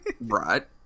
Right